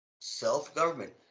Self-government